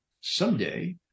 someday